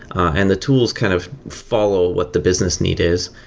and the tools kind of follow what the business need is.